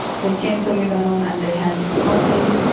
they came to lebanon and they had nothing.